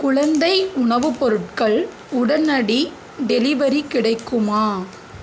குழந்தை உணவுப் பொருட்கள் உடனடி டெலிவரி கிடைக்குமா